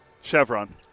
Chevron